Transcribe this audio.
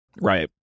Right